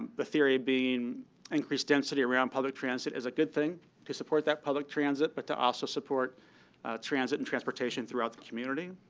the theory being increased density around public transit is a good thing to support that public transit. but to also support transit and transportation throughout the community.